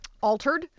altered